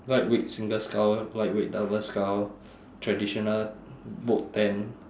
lightweight single scull lightweight double scull traditional boat ten